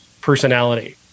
personality